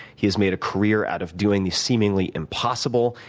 he has made a career out of doing the seemingly impossible,